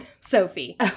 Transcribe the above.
sophie